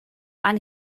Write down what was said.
and